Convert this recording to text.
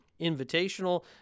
Invitational